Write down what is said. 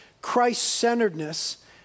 Christ-centeredness